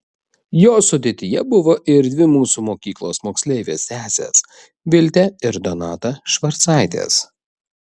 jos sudėtyje buvo ir dvi mūsų mokyklos moksleivės sesės viltė ir donata švarcaitės